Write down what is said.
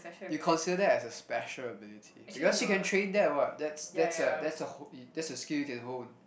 you consider as a special ability because you can train that what that's that's a that's a h~ that's a skill you can hone